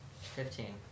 Fifteen